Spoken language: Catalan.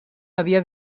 havia